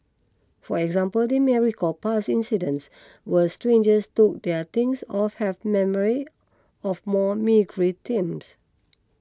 for example they may recall past incidents where strangers took their things or have memories of more meagre times